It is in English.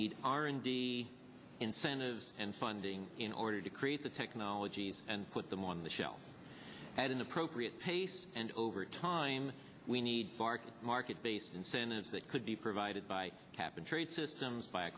need r and d incentives and funding in order to create the technologies and put them on the shelf at an appropriate pace and over time we need barking market based incentives that could be provided by cap and trade systems by